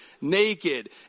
naked